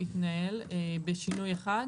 יתנהל בשינוי אחד,